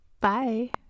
bye